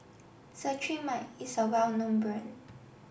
Cetrimide is a well known brand